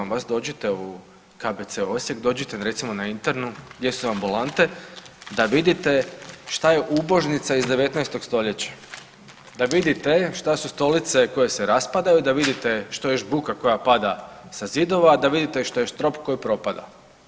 Pozivam vas dođite u KBC Osijek, dođite recimo na internu gdje su ambulante da vidite šta je ubožnica iz 19 stoljeća, da vidite šta su stolice koje se raspadaju, da vidite što je žbuka koja pada sa zidova, da vidite što je strop koji propada.